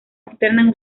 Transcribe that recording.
externas